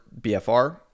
BFR